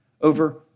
over